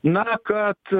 na kad